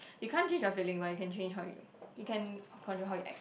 you can't change your feeling but you can change how you you can control how you act